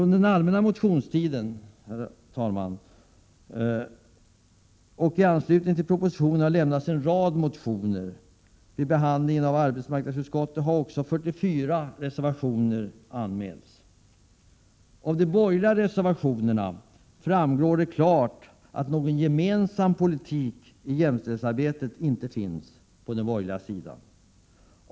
Under den allmänna motionstiden och i anslutning till propositionen har en rad motioner väckts. Vid behandlingen i arbetsmarknadsutskottet har också 44 reservationer anmälts. Av de borgerliga reservationerna framgår det klart att någon gemensam politik i jämställdhetsarbetet inte finns på den borgerliga sidan.